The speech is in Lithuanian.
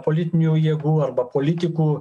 politinių jėgų arba politikų